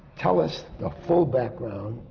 tell us the full background,